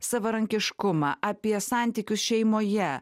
savarankiškumą apie santykius šeimoje